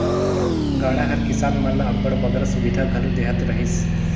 गाड़ा हर किसान मन ल अब्बड़ बगरा सुबिधा घलो देहत रहिस